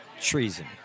treason